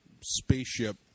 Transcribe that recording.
spaceship